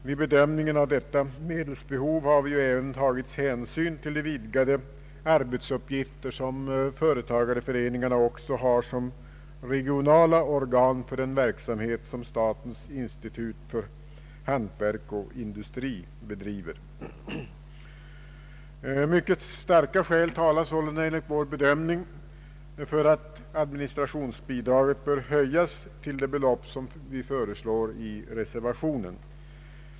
Vid bedömningen av detta medelsbehov har även hänsyn tagits till de vidgade arbetsuppgifter som företagareföreningarna har fått såsom regionala organ för den verksamhet som statens institut för hantverk och industri bedriver. Mycket starka skäl talar sålunda enligt vår bedömning för att administrationsbidraget bör höjas till det belopp som vi föreslår i reservationen.